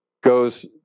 goes